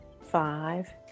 five